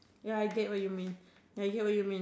ya I get what you mean ya I get what you mean